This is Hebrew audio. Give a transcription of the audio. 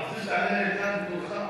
אמרתי שאם היו קוראים לזה "תוכנית ההתנתקות",